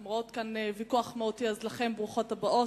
הן רואות כאן ויכוח מהותי, אז לכן, ברוכות הבאות.